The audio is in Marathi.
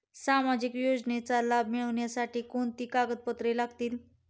सामाजिक योजनेचा लाभ मिळण्यासाठी कोणती कागदपत्रे लागतील?